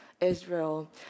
Israel